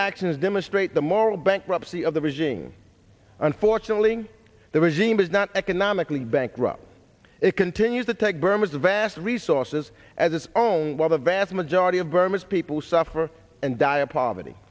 actions demonstrate the moral bankruptcy of the regime unfortunately the regime is not economically bankrupt it continues to take burma's vast resources as its own while the vast majority of burma's people suffer and die of poverty